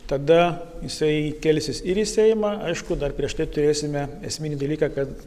tada jisai kelsis ir į seimą aišku dar prieš tai turėsime esminį dalyką kad